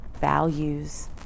values